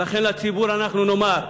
ולכן לציבור אנחנו נאמר,